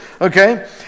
Okay